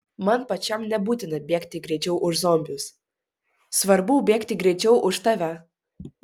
man pačiam nebūtina bėgti greičiau už zombius svarbu bėgti greičiau už tave